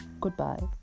Goodbye